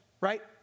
right